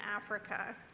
Africa